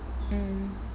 mm